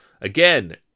Again